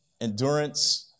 endurance